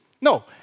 No